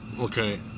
Okay